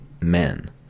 men